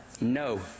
no